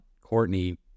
Courtney